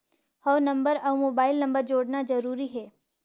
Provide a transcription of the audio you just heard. हव नंबर अउ mobile number जोड़ना जरूरी हे?